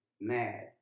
mad